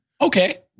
Okay